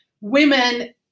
Women